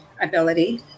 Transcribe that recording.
ability